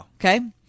Okay